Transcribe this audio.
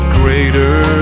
greater